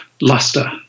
luster